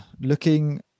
looking